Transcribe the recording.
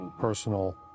personal